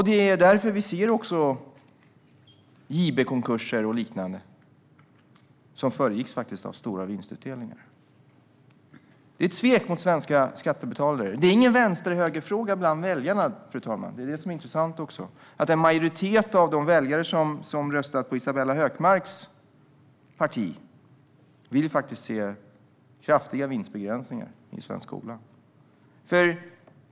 Det är därför vi ser JB-konkurser och liknande, som faktiskt föregicks av stora vinstutdelningar. Det är ett svek mot svenska skattebetalare. Detta är ingen vänster-höger-fråga bland väljarna, fru ålderspresident, vilket också är intressant. En majoritet av de väljare som har röstat på Isabella Hökmarks parti vill faktiskt se kraftiga vinstbegränsningar i svensk skola.